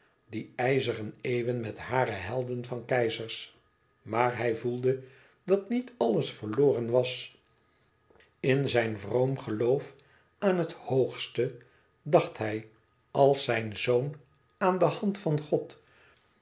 die ijzeren eeuwen met zijne helden van keizers maar hij voelde dat niet alles verloren was in zijn vroom geloof aan het hoogste dacht hij als zijn zoon aan de hand van god